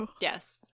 Yes